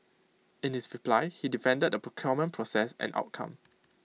in his reply he defended the procurement process and outcome